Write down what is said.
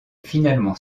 finalement